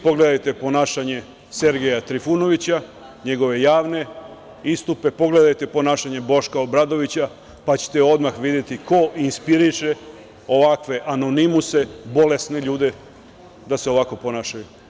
Pogledajte ponašanje Sergeja Trifunovića, njegove javne istupe, pogledajte ponašanje Boška Obradovića, pa ćete odmah videti ko inspiriše ovakve anonimuse, bolesne ljude da se ovako ponašaju.